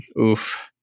oof